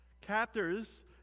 Captors